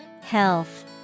Health